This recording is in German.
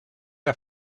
der